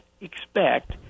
expect